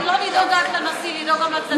לא לדאוג רק לנשיא, לדאוג גם לצדדים האחרים.